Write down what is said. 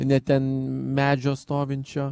ne ten medžio stovinčio